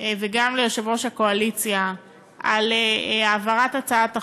וגם ליושב-ראש הקואליציה על העברת הצעת החוק,